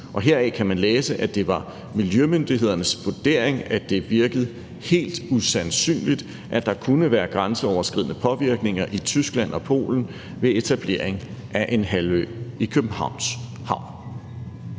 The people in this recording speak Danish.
Her kan man læse, at det var miljømyndighedernes vurdering, at det virkede helt usandsynligt, at der kunne være grænseoverskridende påvirkninger i Tyskland og Polen ved etablering af en halvø i Københavns Havn.